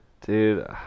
dude